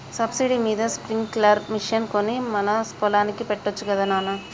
subsidy మీద sprinkler machine కొని మన పొలానికి పెట్టొచ్చు గదా నాన